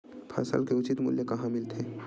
फसल के उचित मूल्य कहां मिलथे?